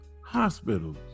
hospitals